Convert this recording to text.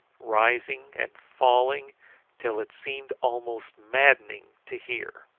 rising and falling till it seemed almost maddening to hear.